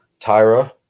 Tyra